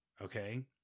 okay